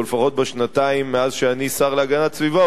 או לפחות בשנתיים מאז שאני שר להגנת הסביבה,